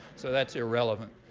so that's irrelevant.